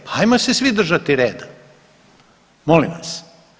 Pa ajmo se svi držati reda, molim vas.